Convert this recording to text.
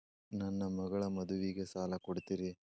ನನ್ನ ಮಗಳ ಮದುವಿಗೆ ಸಾಲ ಕೊಡ್ತೇರಿ?